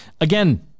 Again